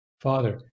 father